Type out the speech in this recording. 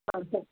ಹಾಂ ಸರ್